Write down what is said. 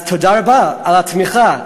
אז תודה רבה על התמיכה.